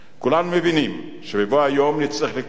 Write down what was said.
כולם מבינים שבבוא היום נצטרך לקבוע